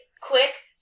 quick